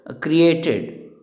created